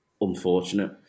unfortunate